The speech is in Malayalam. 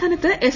സംസ്ഥാനത്ത് എസ്